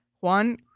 Juan